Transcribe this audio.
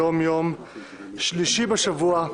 היום יום שלישי בשבוע,